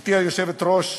גברתי היושבת-ראש,